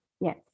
Yes